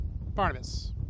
Barnabas